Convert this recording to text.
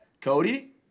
Cody